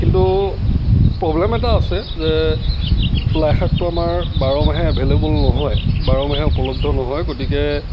কিন্তু প্ৰব্লেম এটা আছে যে লাই শাকটো আমাৰ বাৰ মাহে এভেইলেবল নহয় বাৰ মাহে উপলব্ধ নহয় গতিকে